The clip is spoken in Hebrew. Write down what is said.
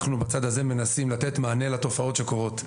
אנחנו בצד הזה מנסים לתת מענה לתופעות שקורות.